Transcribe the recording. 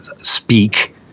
speak